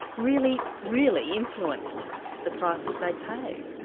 really, really influenced the price that they'd pay.